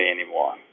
anymore